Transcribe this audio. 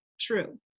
true